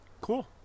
Cool